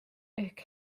ehk